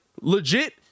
legit –